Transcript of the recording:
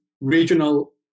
regional